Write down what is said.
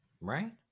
Right